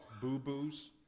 boo-boos